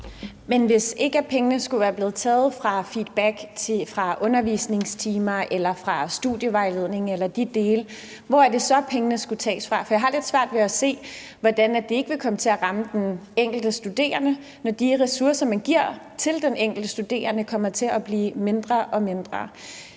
Men hvis ikke pengene skulle tages fra feedback, fra undervisningstimer eller fra studievejledning eller de dele, hvor er det så, pengene skulle tages fra? For jeg har lidt svært ved at se, hvordan det ikke vil komme til at ramme den enkelte studerende, når de ressourcer, man giver til den enkelte studerende, bliver mindre og mindre.